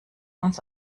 uns